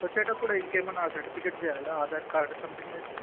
వచ్చేటప్పుడు ఇంకేంమన్నా సర్టిఫికెట్ చేయాలా Aadhaar card something like that